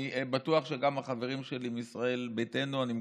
אני בטוח שגם החברים שלי מישראל ביתנו, אני מקווה,